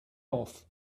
off